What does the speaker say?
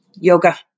Yoga